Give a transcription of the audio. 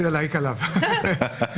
אנחנו